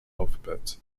alphabet